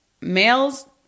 males